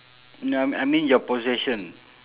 no I I mean your possessions